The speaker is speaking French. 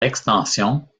extension